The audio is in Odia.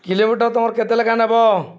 କିଲୋମିଟର ତମର କେତେ ଲେଖା ନବ